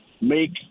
make